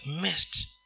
missed